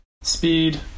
speed